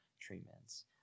treatments